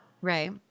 right